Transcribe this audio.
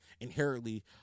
inherently